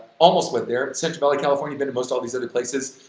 almost went there, central valley california, been to most all these other places.